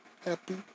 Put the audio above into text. happy